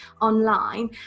online